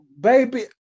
Baby